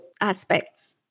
aspects